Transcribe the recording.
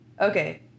Okay